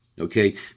Okay